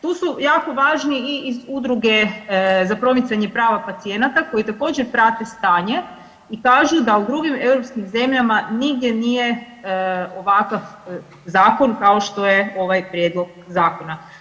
Tu su jako važni i iz udruge za promicanje prava pacijenata koji također prate stanje i kažu da u drugim europskim zemljama nigdje nije ovakav zakon kao što je ovaj prijedlog zakona.